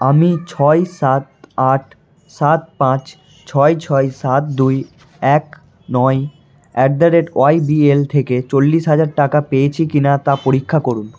আমি ছয় সাত আট সাত পাঁচ ছয় ছয় সাত দুই এক নয় অ্যাট দ্য রেট ওয়াইবিএল থেকে চল্লিশ হাজার টাকা পেয়েছি কি না তা পরীক্ষা করুন